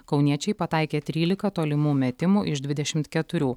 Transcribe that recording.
kauniečiai pataikė trylika tolimų metimų iš dvidešimt keturių